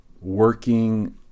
working